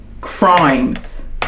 crimes